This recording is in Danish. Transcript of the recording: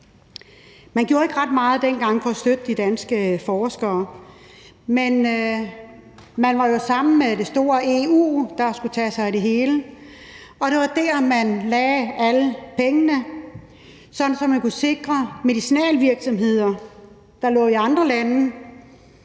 Man gjorde ikke ret meget dengang for at støtte de danske forskere. Man var jo sammen med det store EU, der skulle tage sig af det hele, og det var dér, man lagde alle pengene, så man kunne sikre medicinalvirksomheder, der ligger i andre lande,